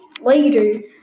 Later